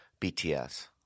BTS